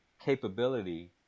capability